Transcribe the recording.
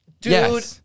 Dude